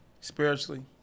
spiritually